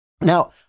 Now